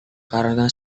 karena